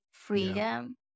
Freedom